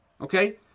Okay